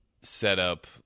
setup